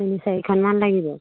তিনি চাৰিখনমান লাগিব